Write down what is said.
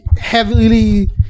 heavily